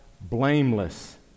blameless